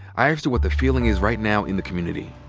i asked her what the feeling is right now in the community.